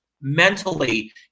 mentally